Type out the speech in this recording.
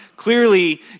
Clearly